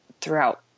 throughout